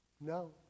No